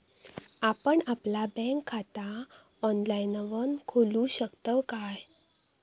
आपण आपला बँक खाता ऑनलाइनव खोलू शकतव काय?